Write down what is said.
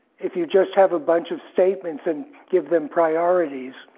if you just have a bunch of statements and give them priorities